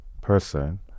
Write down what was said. person